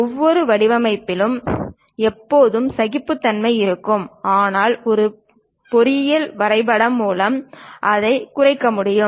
ஒவ்வொரு வடிவமைப்பிலும் எப்போதும் சகிப்புத்தன்மை இருக்கும் ஆனால் இந்த பொறியியல் வரைபடங்கள் மூலம் அதைக் குறைக்க முடியும்